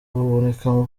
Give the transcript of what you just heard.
buboneka